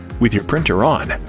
with your printer on,